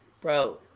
Bro